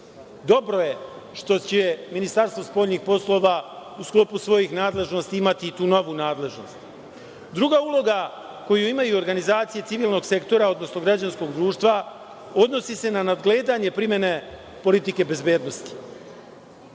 Dobro je što će Ministarstvo spoljnih poslova u sklopu svojih nadležnosti imati i tu novu nadležnost. Druga uloga koju imaju organizacije civilnog sektora, odnosno građanskog društva, odnosi se na nadgledanje primene politike bezbednosti.